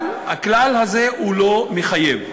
אבל הכלל הזה אינו מחייב.